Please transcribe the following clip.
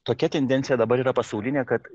tokia tendencija dabar yra pasaulinė kad